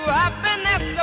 happiness